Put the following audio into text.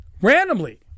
randomly